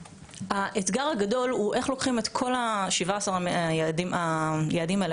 האתגר הגדול הוא איך לוקחים את כל 17 היעדים האלה,